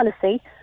policy